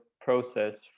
process